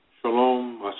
shalom